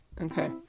Okay